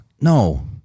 no